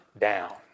down